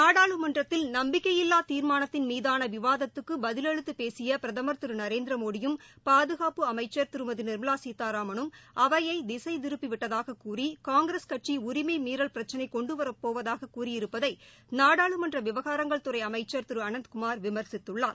நாடாளுமன்றத்தில் நம்பிக்கையில்லா தீர்மானத்தின் மீதான விவாதத்துக்கு பதிலளித்து பேசிய பிரதமர் பாதுகாப்பு அமைச்சர் திருமதி நிர்மலா சீதாராமனும் அவையை திசை திரு நரேந்திரமோடியும் திருப்பிவிட்டதாகக் கூறி காங்கிரஸ் கட்சி உரிமை மீறல் பிரச்சினை கொண்டுவரப் போவதாக கூறியிருப்பதை நாடாளுமன்ற விவகாரங்கள் துறை அமைச்சர் திரு அனந்த்குமார் விமர்சித்துள்ளார்